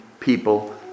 People